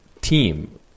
team